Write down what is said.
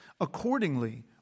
Accordingly